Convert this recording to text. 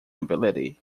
ability